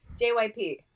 JYP